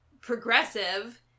progressive